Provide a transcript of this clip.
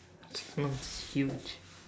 that was huge